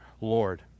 Lord